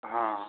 हाँ